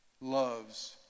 Loves